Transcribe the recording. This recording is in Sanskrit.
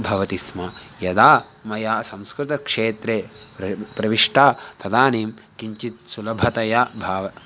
भवति स्म यदा मया संस्कृतक्षेत्रे प्र प्रविष्टा तदानीं किञ्चित् सुलभतया भाव